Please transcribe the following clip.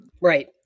right